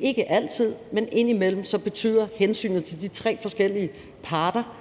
Ikke altid, men indimellem betyder hensynet til de tre forskellige parter,